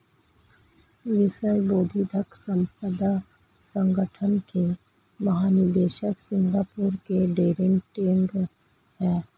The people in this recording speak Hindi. विश्व बौद्धिक संपदा संगठन के महानिदेशक सिंगापुर के डैरेन टैंग हैं